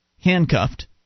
handcuffed